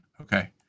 Okay